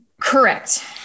Correct